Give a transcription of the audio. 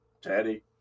Teddy